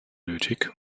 nötig